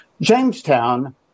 Jamestown